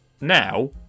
Now